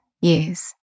years